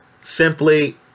Simply